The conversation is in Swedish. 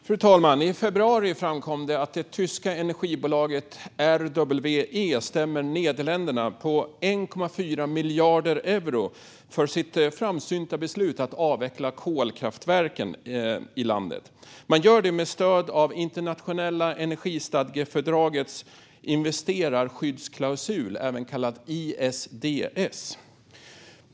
Fru talman! I februari framkom det att det tyska energibolaget RWE stämmer Nederländerna på 1,4 miljarder euro för landets framsynta beslut att avveckla sina kolkraftverk. RWE gör detta med stöd av det internationella energistadgefördragets investerarskyddsklausul, även kallad ISDS.